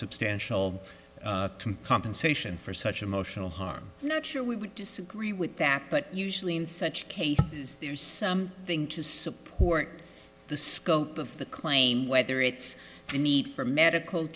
substantial compunction sation for such emotional harm not sure we would disagree with that but usually in such cases there is some thing to support the scope of the claim whether it's a need for medical